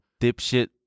dipshit